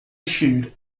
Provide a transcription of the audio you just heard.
issued